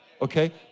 Okay